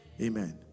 Amen